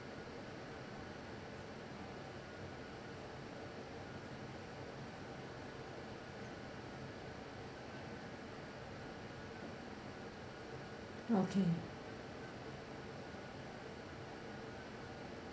okay